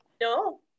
no